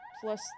plus